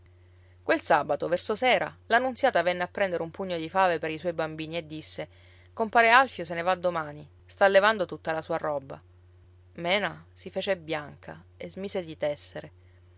quel sabato verso sera la nunziata venne a prendere un pugno di fave per i suoi bambini e disse compare alfio se ne va domani sta levando tutta la sua roba mena si fece bianca e smise di tessere